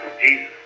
Jesus